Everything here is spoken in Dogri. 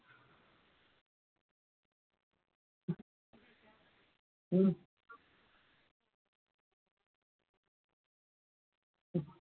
अं